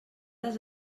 les